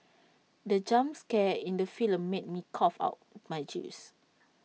the jump scare in the film made me cough out my juice